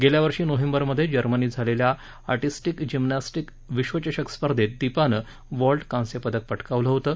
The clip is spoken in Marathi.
गेल्या वर्षी नोव्हेंबरमधे जर्मनीत झालेल्या आर्टिस्टीक जिम्नॅस्टीक विश्वचषक स्पर्धेत दीपानं व्हॉल्ट कांस्यपदक पटकावलं होतं